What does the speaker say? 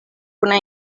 una